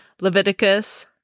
Leviticus